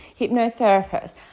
hypnotherapist